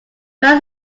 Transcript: when